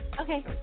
Okay